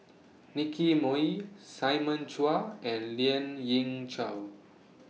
Nicky Moey Simon Chua and Lien Ying Chow